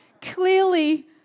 Clearly